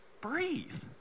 breathe